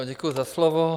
Děkuji za slovo.